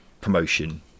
promotion